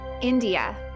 India